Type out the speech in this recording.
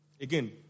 Again